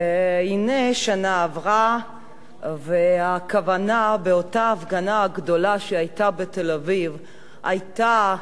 והנה שנה עברה והכוונה באותה הפגנה גדולה שהיתה בתל-אביב היתה,